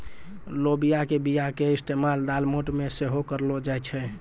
लोबिया के बीया के इस्तेमाल दालमोट मे सेहो करलो जाय छै